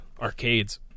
arcades